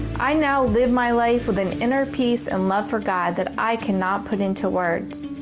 i now live my life with an inner peace and love for god that i cannot put into words.